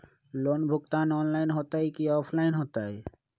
Loan भुगतान online होतई कि ऑफलाइन होतई?